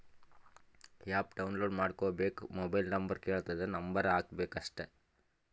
app download ಮಾಡ್ಕೋಬೇಕ್ mobile number ಕೆಳ್ತುದ್ number ಹಾಕಬೇಕ ಅಷ್ಟೇ